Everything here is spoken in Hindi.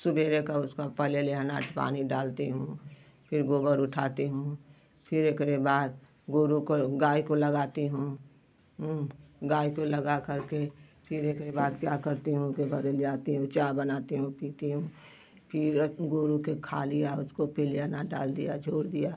सबेरे का उसका पहले लियाना पानी डालती हूँ फिर गोबर उठाती हूँ फिर एकरे बाद गोरू को गाय को लगाती हूँ गाय को लगा करके फिर एकरे बाद क्या करती हूँ फिर घर ले आती हूँ चा बनाती हूँ पीती हूँ फिर गोरू के खा लिया उसको पी लियाना डाल दिया झोर दिया